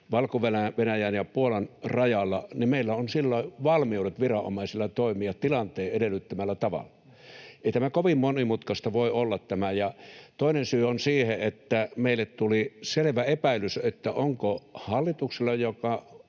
Valko-Venäjän ja Puolan rajalla, niin viranomaisilla on silloin valmiudet toimia tilanteen edellyttämällä tavalla. Ei tämä kovin monimutkaista voi olla. Toinen syy on se, että meille tuli selvä epäilys, että onko hallituksella — jonka